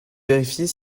vérifier